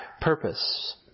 purpose